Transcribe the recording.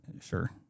Sure